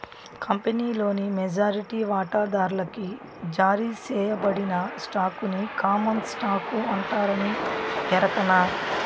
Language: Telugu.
కంపినీలోని మెజారిటీ వాటాదార్లకి జారీ సేయబడిన స్టాకుని కామన్ స్టాకు అంటారని ఎరకనా